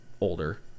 older